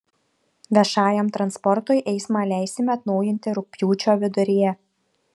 viešajam transportui eismą leisime atnaujinti rugpjūčio viduryje